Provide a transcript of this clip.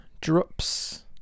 drops